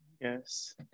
Yes